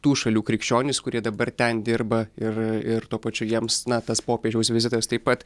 tų šalių krikščionys kurie dabar ten dirba ir ir tuo pačiu jiems na tas popiežiaus vizitas taip pat